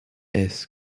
heath